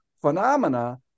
phenomena